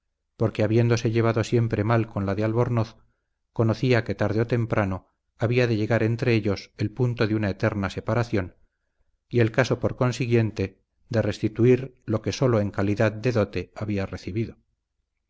porque habiéndose llevado siempre mal con la de albornoz conocía que tarde o temprano había de llegar entre ellos el punto de una eterna separación y el caso por consiguiente de restituir lo que sólo en calidad de dote había recibido